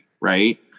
Right